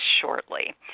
shortly